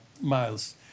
miles